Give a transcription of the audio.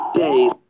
days